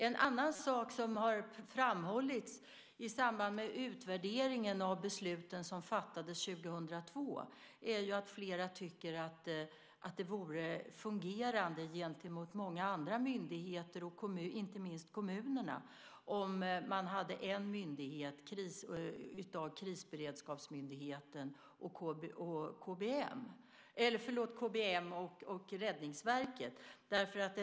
En annan sak som har framhållits i samband med utvärderingen av besluten som fattades 2002 är att flera tycker att det vore fungerande gentemot många andra myndigheter och inte minst kommunerna om man gjorde en myndighet av KBM och Räddningsverket.